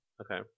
Okay